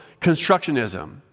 constructionism